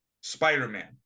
Spider-Man